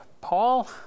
Paul